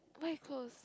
by close